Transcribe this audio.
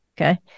okay